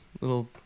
Little